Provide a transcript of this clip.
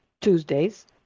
Tuesdays